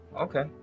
Okay